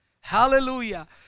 Hallelujah